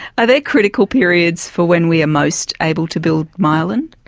are there critical periods for when we are most able to build myelin?